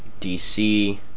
DC